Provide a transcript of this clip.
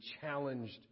challenged